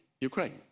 Ukraine